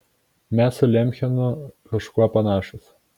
mes su lemchenu kažkuo panašūs